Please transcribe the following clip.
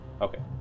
Okay